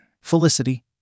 Felicity